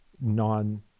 non